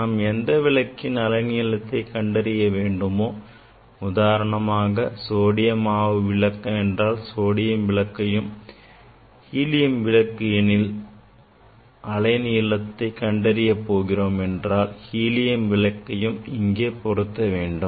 நாம் எந்த விளக்கின் அலை நீளத்தை கண்டறிய வேண்டுமோ உதாரணமாக சோடியம் ஆவி விளக்கு என்றால் சோடியம் விளக்கையும் இல்லை ஹீலியம் விளக்கின் அலைநீளம் என்றால் ஹீலியம் விளக்கையும் இங்கே பொருத்த வேண்டும்